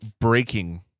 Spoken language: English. breaking